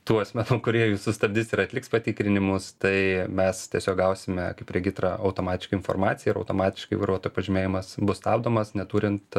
tų asmenų kurie jus sustabdys ir atliks patikrinimus tai mes tiesiog gausime kaip regitra automatiškai informaciją ir automatiškai vairuotojo pažymėjimas bus stabdomas neturint